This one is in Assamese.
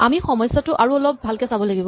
আমি সমস্যাটো আৰু অলপ ভালকে চাব লাগিব